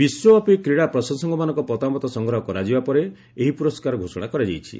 ବିଶ୍ୱବ୍ୟାପି କ୍ରୀଡ଼ା ପ୍ରଶଂସକମାନଙ୍କ ମତାମତ ସଂଗ୍ରହ କରାଯିବା ପରେ ଏହି ପୁରସ୍କାର ଘୋଷଣା କରାଯାଇଛି